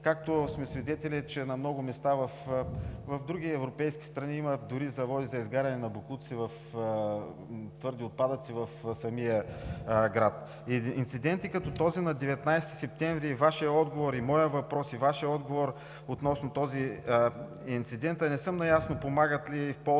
Както сме свидетели, че на много места в други европейски страни има дори заводи за изгаряне на боклуците и на твърди отпадъци в самия град. Инцидент като този на 19 септември 2019 г. и моят въпрос и Вашият отговор относно този инцидент – не съм наясно помагат ли, в полза